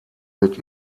mit